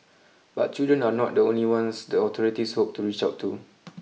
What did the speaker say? but children are not the only ones the authorities hope to reach out to